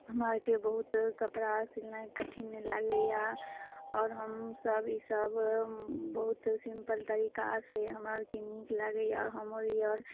हमरा अरके बहुत कपड़ा सिलनाइ कठिन लागैए और हमसब इसभ बहुत सिम्पल तरीका से हमरा अरके नीक लागैए और हमर ई और